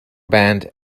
band